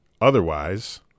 Otherwise